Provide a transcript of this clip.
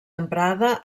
emprada